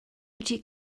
ydy